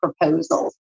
proposals